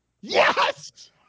Yes